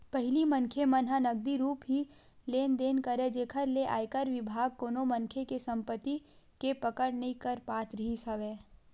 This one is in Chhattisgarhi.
पहिली मनखे मन ह नगदी रुप ही लेन देन करय जेखर ले आयकर बिभाग कोनो मनखे के संपति के पकड़ नइ कर पात रिहिस हवय